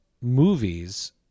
movies